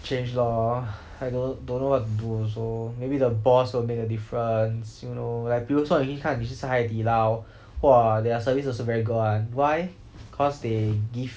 change lor I don't don't know what to do also maybe the boss will make a difference you know like 比如说你看你去吃海底捞 !wah! their service also very good one why cause they give